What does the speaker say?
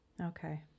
Okay